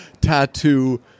tattoo